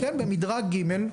כן, במדרג ג'.